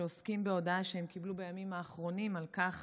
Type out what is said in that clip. שעוסקות בהודעה שהם קיבלו בימים האחרונים על כך